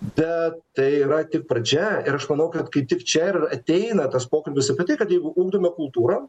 bet tai yra tik pradžia ir aš manau kad kaip tik čia ir ateina tas pokalbis apie tai kad jeigu ugdome kultūrą